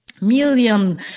million